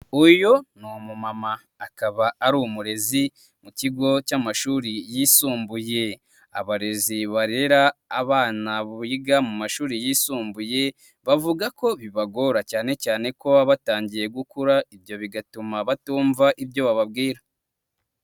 Uyu ni umumama akaba ari umurezi mu kigo cy'amashuri yisumbuye. Abarezi barera abana biga mu mashuri yisumbuye, bavuga ko bibagora cyane cyane ko baba batangiye gukura, ibyo bigatuma batumva ibyo bababwira.